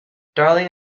darling